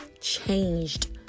changed